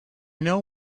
know